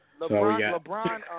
LeBron